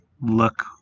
look